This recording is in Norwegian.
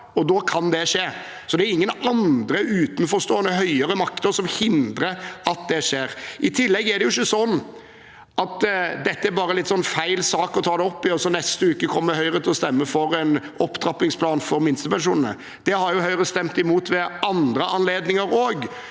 dag. Da kan det skje. Det er ingen andre, utenforstående høyere makter som hindrer at det skjer. I tillegg er det ikke sånn at dette er litt feil sak å ta det opp i, og at Høyre neste uke kommer til å stemme for en opptrappingsplan for minstepensjonene. Det har jo Høyre stemt imot ved andre anledninger òg,